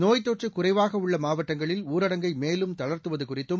நோய்த்தொற்று குறைவாக உள்ள மாவட்டங்களில் ஊரடங்கை மேலும் தளர்த்துவது குறித்தும்